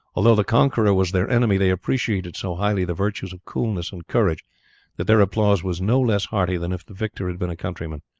although the conqueror was their enemy they appreciated so highly the virtues of coolness and courage that their applause was no less hearty than if the victor had been a countryman.